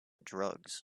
drugs